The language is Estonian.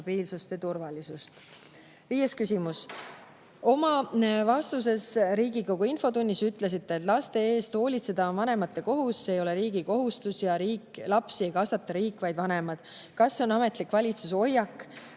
stabiilsust ja turvalisust. Viies küsimus: "Oma vastuses […] Riigikogu infotunnis ütlesite, et "laste eest hoolitseda on vanemate kohus, see ei ole riigi kohustus ja lapsi ei kasvata riik, vaid vanemad". Kas see on ametlik valitsuse hoiak